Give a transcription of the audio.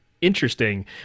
interesting